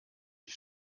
die